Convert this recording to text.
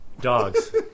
Dogs